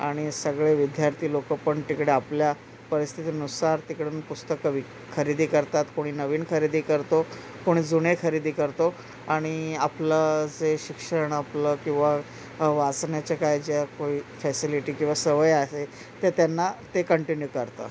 आणि सगळे विद्यार्थीलोकंपण तिकडे आपल्या परिस्थितीनुसार तिकडून पुस्तकं विक खरेदी करतात कोणी नवीन खरेदी करतो कोणी जुने खरेदी करतो आणि आपलं जे शिक्षण आपलं किंवा वाचण्याच्या काय ज्या काही फॅसिलिटी किंवा सवय आहे ते त्यांना ते कंटिन्यू करतात